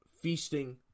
feasting